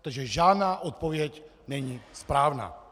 Protože žádná odpověď není správná.